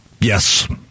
yes